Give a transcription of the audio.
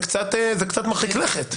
זה קצת מרחיק לכת.